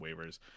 waivers